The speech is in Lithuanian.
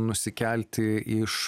nusikelti iš